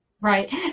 Right